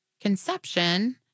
conception